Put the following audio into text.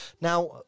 now